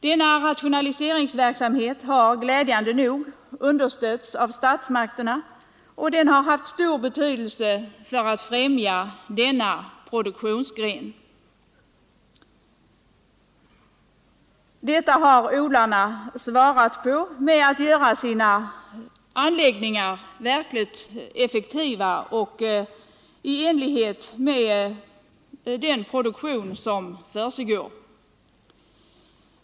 Denna rationaliseringsverksamhet har glädjande nog understötts av statsmakterna, vilket har haft stor betydelse för att främja produktionsgrenen. Detta har odlarna svarat på med att göra sina anläggningar verkligt effektiva i enlighet med den produktion som där försiggår.